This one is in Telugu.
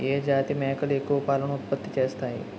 ఏ జాతి మేకలు ఎక్కువ పాలను ఉత్పత్తి చేస్తాయి?